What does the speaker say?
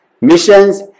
missions